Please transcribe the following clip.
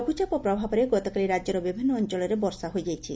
ଲଘୁଚାପ ପ୍ରଭାବରେ ଗତକାଲି ରାକ୍ୟର ବିଭିନ୍ଦ ଅଞ୍ଞଳରେ ବର୍ଷା ହୋଇଯାଇଛି